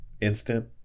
Instant